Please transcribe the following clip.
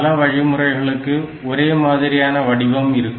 பல வழிமுறைகளுக்கு ஒரே மாதிரியான வடிவம் இருக்கும்